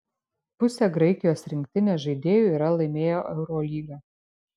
pusė graikijos rinktinės žaidėjų yra laimėję eurolygą